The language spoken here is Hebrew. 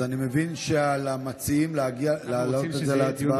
אז אני מבין שעל המציעים להעלות את זה להצבעה?